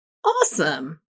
awesome